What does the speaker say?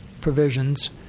provisions